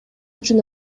үчүн